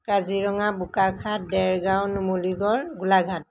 Kaziranga Bokakhat Dergaon Numaligarh Golaghat